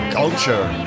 culture